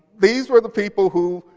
these were the people who,